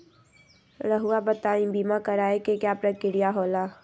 रहुआ बताइं बीमा कराए के क्या प्रक्रिया होला?